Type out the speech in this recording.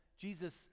Jesus